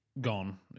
gone